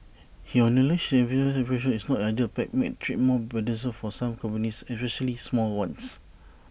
he acknowledged this piecemeal approach is not ideal pacts make trade more burdensome for some companies especially small ones